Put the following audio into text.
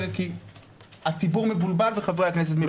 כי הציבור מבולבל וחברי הכנסת מבולבלים.